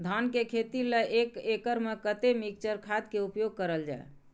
धान के खेती लय एक एकड़ में कते मिक्चर खाद के उपयोग करल जाय?